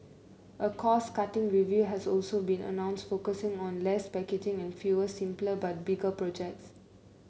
a cost cutting review has also been announced focusing on less packaging and fewer simpler but bigger projects